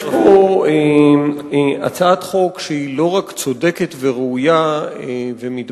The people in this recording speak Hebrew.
יש פה הצעת חוק שהיא לא רק צודקת וראויה ומתבקשת,